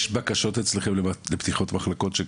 יש בקשות אצלכם לפתיחות מחלקות?